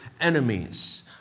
enemies